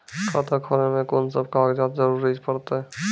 खाता खोलै मे कून सब कागजात जरूरत परतै?